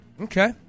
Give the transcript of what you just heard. Okay